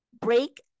Break